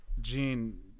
Gene